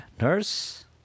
Nurse